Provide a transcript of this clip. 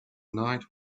night